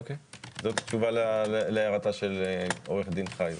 אוקיי, זאת התשובה להערתה של עו"ד חיו.